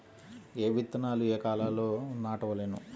ఏ విత్తనాలు ఏ కాలాలలో నాటవలెను?